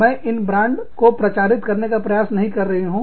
मैं इन ब्रांड को प्रचारित करने का प्रयास नहीं कर रही हूँ